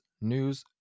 news